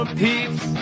peeps